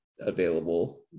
available